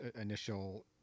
initial